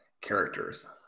characters